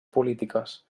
polítiques